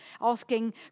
Asking